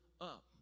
up